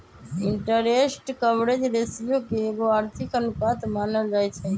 interest coverage ratio के एगो आर्थिक अनुपात मानल जाइ छइ